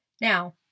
Now